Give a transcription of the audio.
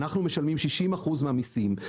כי אנחנו משלמים 60% מהמיסים.